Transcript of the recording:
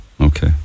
okay